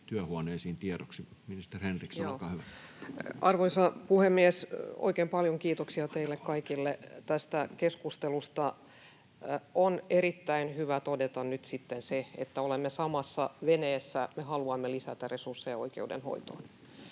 Arvoisa puhemies! Oikein paljon kiitoksia teille kaikille tästä keskustelusta. On erittäin hyvä todeta nyt se, että olemme samassa veneessä, me haluamme lisätä resursseja oikeudenhoitoon.